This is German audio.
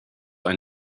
ein